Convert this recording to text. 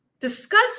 discuss